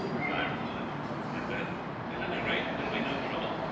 guy replied and that at any rate there will be no trouble,